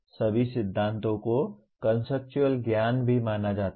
सभी सिद्धांतों को कॉन्सेप्चुअल ज्ञान भी माना जाता है